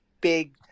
big